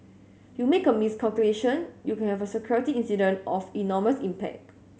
you make a miscalculation you can have a security incident of enormous impact